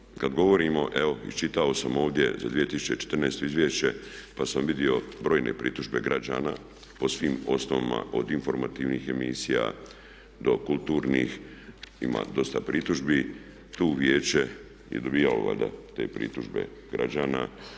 Također kad govorimo, evo iščitao sam ovdje za 2014. izvješće pa sam vidio brojne pritužbe građana po svim osnovama od informativnih emisija do kulturnih ima dosta pritužbi tu vijeće je dobivalo valjda te pritužbe građana.